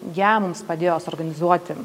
ją mums padėjo suorganizuoti